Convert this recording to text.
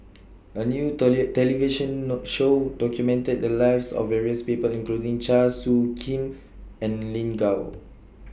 A New toilet television No Show documented The Lives of various People including Chua Soo Khim and Lin Gao